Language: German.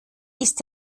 ist